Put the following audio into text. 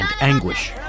anguish